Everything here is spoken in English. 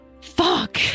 Fuck